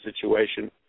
situation